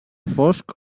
fosc